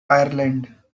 ireland